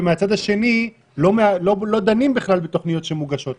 ומהצד השני לא דנים בכלל בתוכניות שמוגשות.